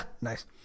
nice